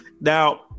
Now